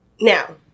Now